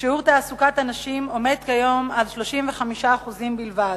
שיעור הנשים עומד כיום על 35% בלבד.